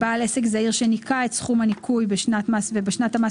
"בעל עסק זעיר שניכר את סכום הניכוי בשנת מס מסוימת ובשנת המס